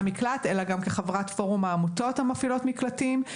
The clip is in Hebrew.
מקלט אלא גם כחברת פורום העמותות המפעילות מקלטים.